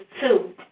two